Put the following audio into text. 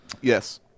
Yes